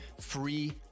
free